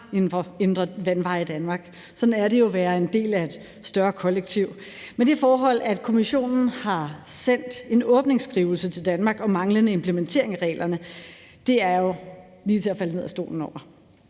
ikke har indre vandveje i Danmark. Sådan er det jo at være en del af et større kollektiv. Men det forhold, at Kommissionen har sendt en åbningsskrivelse til Danmark om manglende implementering af reglerne, er jo lige til at falde ned af stolen over.